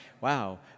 wow